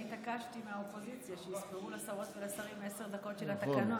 אני התעקשתי מהאופוזיציה שיספרו לשרות ולשרים עשר דקות של התקנון.